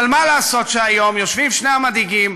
אבל מה לעשות שהיום יושבים שני המנהיגים,